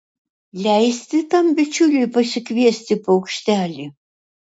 leisti tam bičiuliui pasikviesti paukštelį